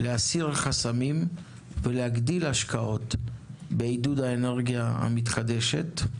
להסיר חסמים ולהגדיל השקעות בעידוד האנרגיה המתחדשת,